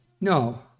No